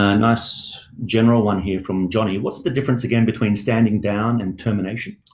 ah nice, general one here from johnny. what's the difference again, between standing down and termination?